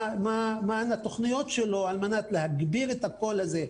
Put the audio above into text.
מהן התוכניות שלו על מנת להגביר את הקול הזה,